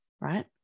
right